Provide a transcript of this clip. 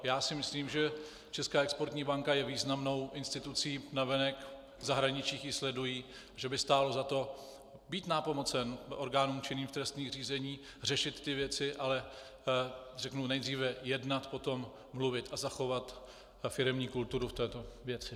Já si myslím, že Česká exportní banka je významnou institucí navenek, v zahraničí ji sledují, že by stálo za to být nápomocen orgánům činným v trestním řízení řešit ty věci, ale řeknu nejdříve jednat, potom mluvit a zachovat firemní kulturu v této věci.